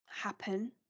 happen